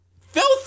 filthy